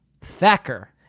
Thacker